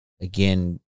again